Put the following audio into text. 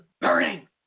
burning